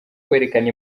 kwerekana